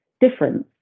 difference